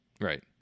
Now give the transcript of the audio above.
Right